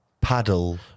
Paddle